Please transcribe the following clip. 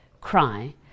cry